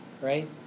right